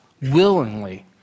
willingly